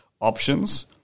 options